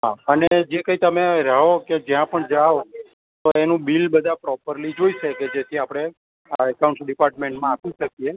હા અને જે કઈ પણ તમે રહો કે જ્યાં પણ જાઓ તો એનું બિલ બધા પ્રોપરલી જોઈશે કે જેથી આપણે આ એકાઉન્ટ ડિપાર્ટમેન્ટમાં આપી શકીએ